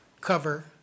cover